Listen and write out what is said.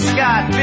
Scott